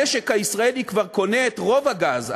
המשק הישראלי כבר קונה את רוב הגז.